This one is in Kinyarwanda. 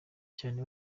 cyane